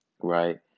right